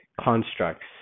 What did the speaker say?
constructs